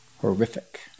horrific